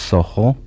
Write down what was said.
Soho